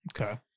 Okay